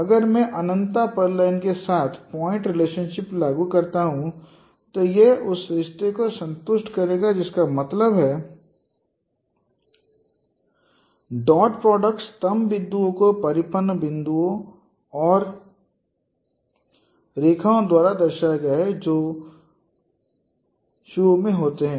अगर मैं अनन्तता पर लाइन के साथ पॉइंट रिलेशनशिप रिलेशन लागू करता हूं तो यह उस रिश्ते को संतुष्ट करेगा जिसका मतलब है डॉट प्रोडक्ट स्तंभ बिंदुओं को परिपत्र बिंदुओं और रेखाओं द्वारा दर्शाया गया है जो शिशुओं में होते हैं